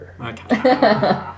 okay